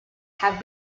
have